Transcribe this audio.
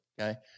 Okay